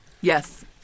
Yes